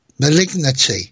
malignity